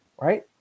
right